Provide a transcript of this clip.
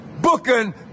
Booking